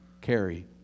carry